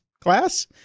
class